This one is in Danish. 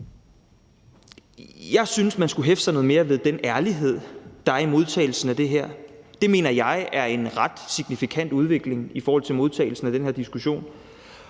jeg synes, man skulle hæfte sig noget mere ved den ærlighed, der er i modtagelsen af det her. Det mener jeg er en ret signifikant udvikling i forhold til modtagelsen af den her diskussion.